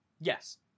Yes